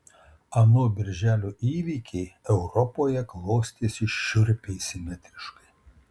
ano birželio įvykiai europoje klostėsi šiurpiai simetriškai